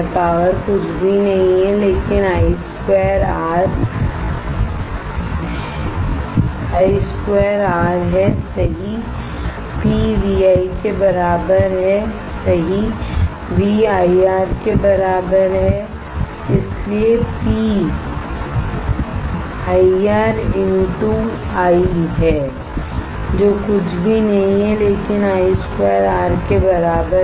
power कुछ भी नहीं है लेकिन I2R हैसही P VI के बराबर है सही VIR के बराबर है इसलिए PIRI जो कुछ भी नहीं है लेकिन I2R के बराबर है